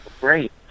Great